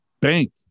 bank